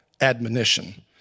admonition